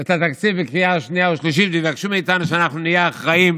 את התקציב לקריאה שנייה ושלישית ויבקשו מאיתנו שאנחנו נהיה אחראים